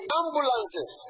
ambulances